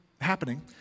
happening